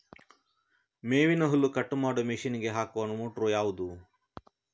ಮೇವಿನ ಹುಲ್ಲು ಕಟ್ ಮಾಡುವ ಮಷೀನ್ ಗೆ ಹಾಕುವ ಮೋಟ್ರು ಯಾವುದು?